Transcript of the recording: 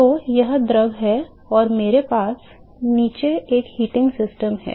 तो यह द्रव है और मेरे पास नीचे एक हीटिंग सिस्टम है